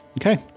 Okay